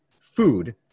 food